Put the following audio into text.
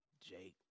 Jake